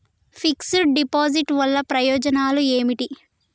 Fix డ్ deposit వల్ల ప్రయోజనాలు ఏమిటి?